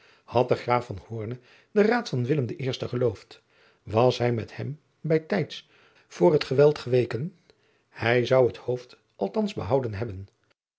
ad de raaf den raad van den eersten geloofd was hij met hem bij tijds voor het geweld geweken hij zou het hoofd althans behouden hebben